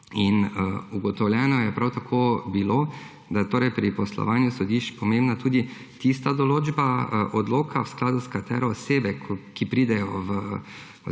Ugotovljeno je prav tako bilo, da je pri poslovanju sodišč pomembna tudi tista določba odloka, v skladu s katero osebe, ki pridejo